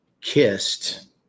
kissed